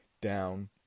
down